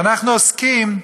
ואנחנו עוסקים,